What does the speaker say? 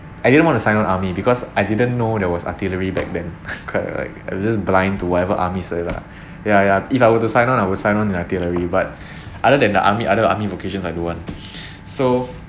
I didn't want to sign on army because I didn't know there was artillery back then quite like just blind to whatever army say lah ya ya if I were to sign on I will sign on the artillery but other than the army other army vocations I don't want so